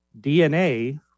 DNA